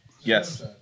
Yes